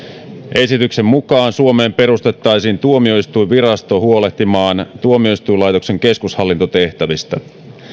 esityksen mukaan suomeen perustettaisiin tuomioistuinvirasto huolehtimaan tuomioistuinlaitoksen keskushallintotehtävistä